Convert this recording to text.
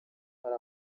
hari